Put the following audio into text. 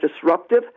disruptive